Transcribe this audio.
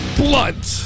blunt